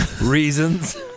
reasons